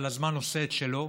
אבל הזמן עושה את שלו.